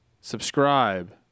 Subscribe